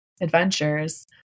adventures